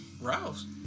Rouse